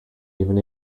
even